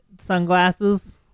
sunglasses